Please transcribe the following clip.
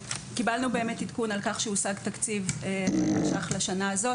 קיבלנו באמת עדכון על כך שהושג תקציב ששייך לשנה הזאת,